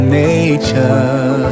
nature